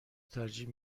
ترجیح